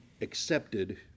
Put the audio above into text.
accepted